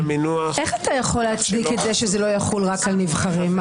איך אתה יכול להצדיק את זה שזה לא יחול רק על נבחרים,